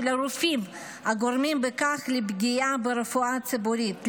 הרופאים וגורמים בכך לפגיעה ברפואה הציבורית,